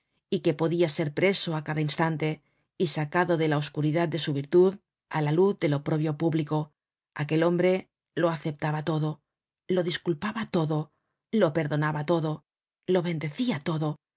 y que podia ser preso á cada instante y sacado de la oscuridad de su virtud á la luz del oprobio público aquel hombre lo aceptaba todo lo disculpaba todo lo perdonaba todo lo bendecia todo